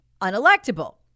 unelectable